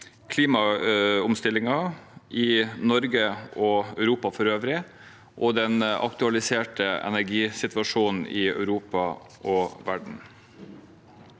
klimaomstillingen i Norge og Europa for øvrig og den aktualiserte energisituasjonen i Europa og verden.